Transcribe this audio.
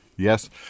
Yes